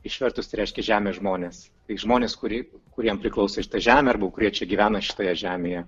išvertus reiškia žemės žmonės žmonės kurie kuriem priklauso šita žemė arba kurie čia gyvena šitoje žemėje